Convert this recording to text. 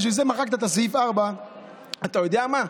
בשביל זה מחקת את סעיף 4. ואתה יודע מה?